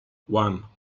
one